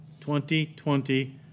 2020